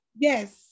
Yes